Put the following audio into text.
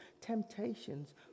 temptations